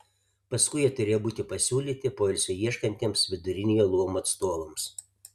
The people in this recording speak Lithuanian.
paskui jie turėjo būti pasiūlyti poilsio ieškantiems viduriniojo luomo atstovams